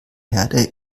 herde